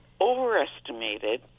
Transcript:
overestimated